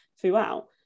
throughout